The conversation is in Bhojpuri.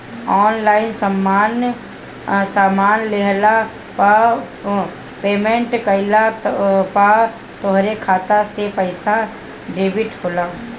ऑनलाइन सामान लेहला पअ पेमेंट कइला पअ तोहरी खाता से पईसा डेबिट होला